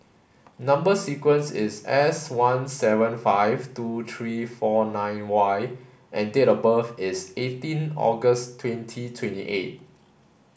number sequence is S one seven five two three four nine Y and date of birth is eighteen August twenty twenty eight